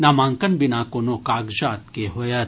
नामांकन बिना कोनो कागजात के होयत